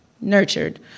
nurtured